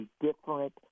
different